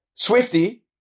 Swifty